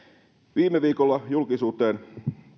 viime viikolla julkisuuteen